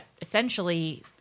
essentially